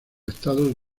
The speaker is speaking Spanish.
estados